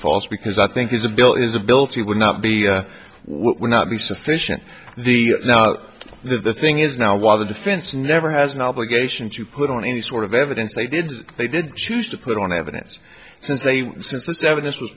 false because i think he's a bill is a bill to would not be what would not be sufficient the the thing is now while the defense never has an obligation to put on any sort of evidence they did they did choose to put on evidence since they since this evidence was